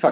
সঠিক